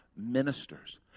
ministers